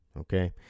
Okay